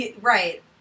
Right